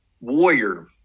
warrior